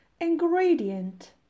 ingredient